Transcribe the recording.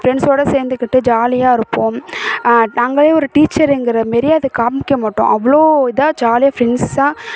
ஃப்ரெண்ட்ஸோடு சேர்ந்துக்கிட்டு ஜாலியாக இருப்போம் நாங்களே ஒரு டீச்சருங்கிற மாரியே அதை காண்மிக்க மாட்டோம் அவ்வளோ இதாக ஜாலியாக ஃப்ரெண்ட்ஸாக